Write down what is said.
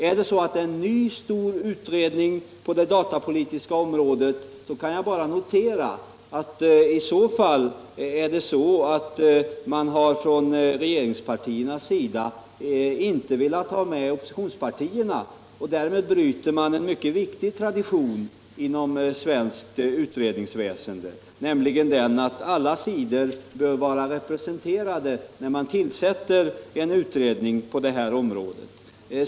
Är den en ny stor utredning på det datapolitiska området, så kan jag bara notera att man från regeringspartiernas sida inte velat ha med oppositionspartierna och att man därmed bryter en mycket viktig tradition inom svenskt utredningsväsende, nämligen den att alla sidor bör vara representerade när man tillsätter en utredning på ett område som detta.